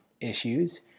issues